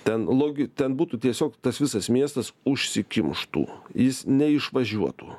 ten logi ten būtų tiesiog tas visas miestas užsikimštų jis neišvažiuotų